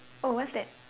oh what's that